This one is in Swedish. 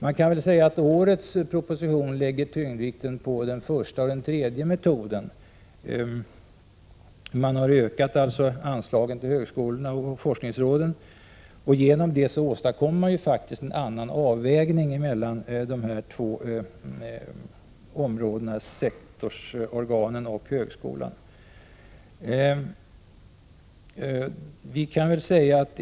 Jag kan väl säga att årets proposition lägger tyngdpunkten på den första och den tredje metoden. Man har ökat anslagen till högskolorna och forskningsråden, och genom det åstadkommer man faktiskt en annan avvägning mellan sektorsorganen och högskolan.